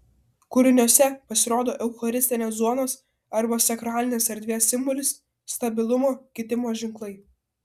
kūriniuose pasirodo eucharistinės duonos arba sakralinės erdvės simbolis stabilumo kitimo ženklai